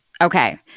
Okay